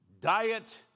Diet